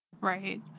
Right